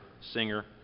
singer